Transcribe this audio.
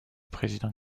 président